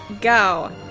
go